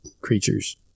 creatures